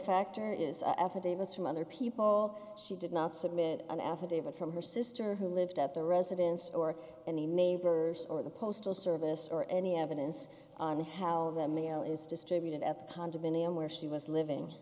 factor is affidavits from other people she did not submit an affidavit from her sister who lived at the residence or any neighbors or the postal service or any evidence on how the mail is distributed at the condominium where she was living